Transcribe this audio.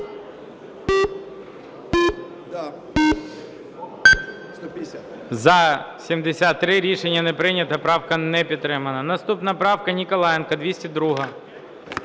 За-73 Рішення не прийнято. Правка не підтримана. Наступна правка Ніколаєнка, 202-а.